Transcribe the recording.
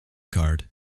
card